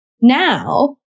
Now